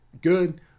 good